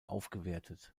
aufgewertet